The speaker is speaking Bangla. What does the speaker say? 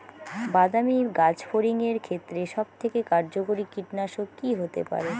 বাদামী গাছফড়িঙের ক্ষেত্রে সবথেকে কার্যকরী কীটনাশক কি হতে পারে?